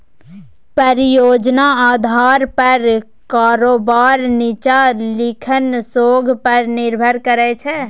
परियोजना आधार पर कारोबार नीच्चां लिखल शोध पर निर्भर करै छै